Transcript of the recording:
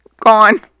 Gone